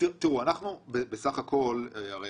הרי